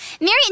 Mary